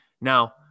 Now